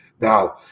Now